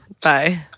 Bye